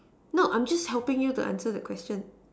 no I'm just helping you to answer the question